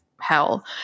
hell